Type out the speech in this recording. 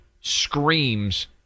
screams